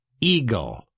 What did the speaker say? eagle